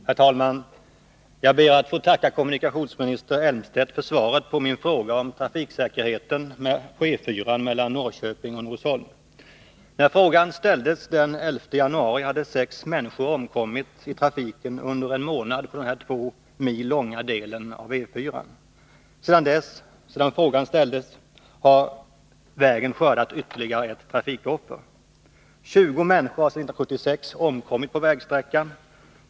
Herr talman! Jag ber att få tacka kommunikationsminister Elmstedt för svaret på min fråga om trafiksäkerheten på E 4-an mellan Norrköping och Norsholm. När frågan ställdes den 11 januari hade under en månad sex människor omkommit i trafiken på denna 2 mil långa del av E 4-an. Sedan frågan ställdes har vägen skördat ytterligare ett trafikoffer. Sedan 1976 har 20 människor omkommit på vägsträckan.